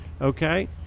Okay